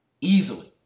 Easily